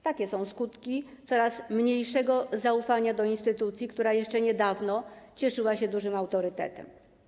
Takie są skutki coraz mniejszego zaufania do instytucji, która jeszcze niedawno cieszyła się dużym autorytetem.